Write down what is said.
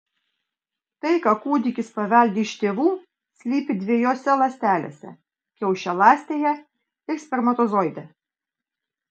tai ką kūdikis paveldi iš tėvų slypi dviejose ląstelėse kiaušialąstėje ir spermatozoide